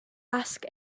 ask